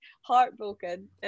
heartbroken